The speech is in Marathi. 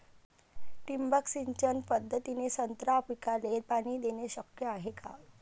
ठिबक सिंचन पद्धतीने संत्रा पिकाले पाणी देणे शक्य हाये का?